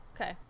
Okay